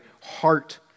heart